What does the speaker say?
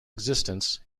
existence